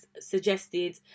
suggested